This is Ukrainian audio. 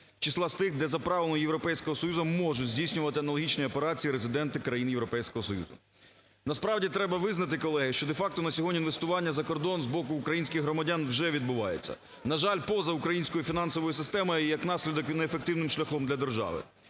числа тих, де за правилами Європейського Союзу можуть здійснювати аналогічні операції резиденти країн Європейського Союзу. Насправді, треба визнати, колеги, що де-факто на сьогодні інвестування за кордон з боку українських громадян вже відбувається. На жаль, поза українською фінансовою і як наслідок неефективним шляхом для держави.